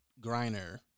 Griner